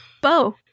Bo